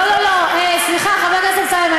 לא, לא, לא, סליחה, חבר הכנסת אמסלם.